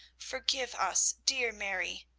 forgive us, dear mary.